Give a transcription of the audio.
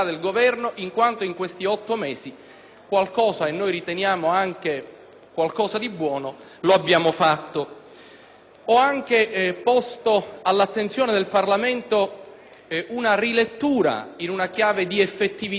qualcosa di buono - abbiamo fatto. Ho anche posto all'attenzione del Parlamento una rilettura, in chiave di effettività e possibilmente di beneficio per i cittadini, del senso e della funzione dell'articolo